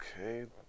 Okay